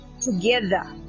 together